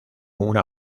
una